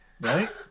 Right